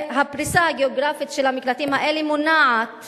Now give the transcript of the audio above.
והפריסה הגיאוגרפית של המקלטים האלה מונעת